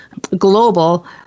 global